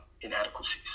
inadequacies